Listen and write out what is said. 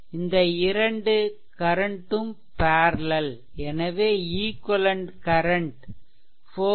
இந்த இரண்டு கரன்ட் ம் பேர்லெல் எனவே ஈக்வெலென்ட் கரன்ட் 4 22